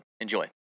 Enjoy